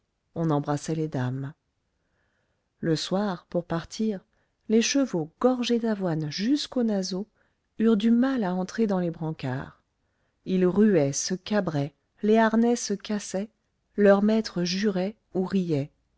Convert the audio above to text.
on embrassait les dames le soir pour partir les chevaux gorgés d'avoine jusqu'aux naseaux eurent du mal à entrer dans les brancards ils ruaient se cabraient les harnais se cassaient leurs maîtres juraient ou riaient